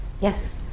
Yes